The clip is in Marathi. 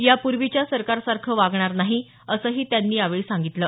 यापूर्वीच्या सरकारसारखं वागणार नाही असंही त्यांनी यावेळी सांगितलं